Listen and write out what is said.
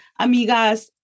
amigas